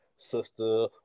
sister